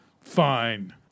fine